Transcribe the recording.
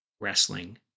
wrestling